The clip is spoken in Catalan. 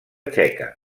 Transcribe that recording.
txeca